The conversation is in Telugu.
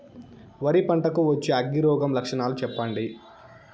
వరి పంట కు వచ్చే అగ్గి రోగం లక్షణాలు చెప్పండి?